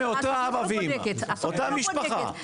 אם הם מאותם אימא ואבא, אותה משפחה.